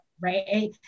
right